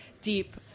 deep